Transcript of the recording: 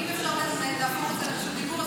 אם אפשר להפוך את זה לרשות דיבור,